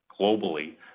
globally